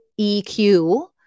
EQ